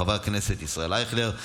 חבר הכנסת ישראל אייכלר,